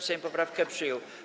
Sejm poprawkę przyjął.